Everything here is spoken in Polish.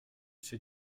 się